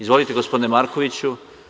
Izvolite gospodine Markoviću.